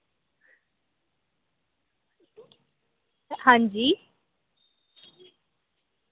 हां जी